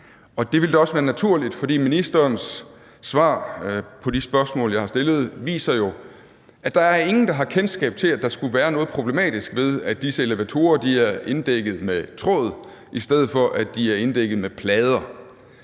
Det vil da også være naturligt, for ministerens svar på de spørgsmål, jeg har stillet, viser jo, at der er ingen, der har kendskab til, at der skulle være noget problematisk ved, at disse elevatorer er inddækket med tråd i stedet for at være inddækket med plader.